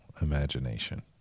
imagination